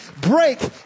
break